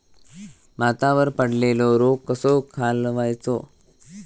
भातावर पडलेलो रोग कसो घालवायचो?